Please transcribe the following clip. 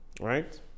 right